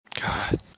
God